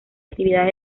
actividades